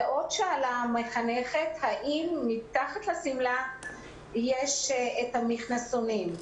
ועוד שאלה המחנכת האם מתחת לשמלה יש מכנסונים.